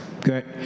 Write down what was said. Good